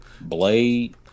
blade